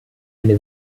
eine